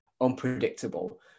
unpredictable